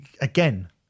again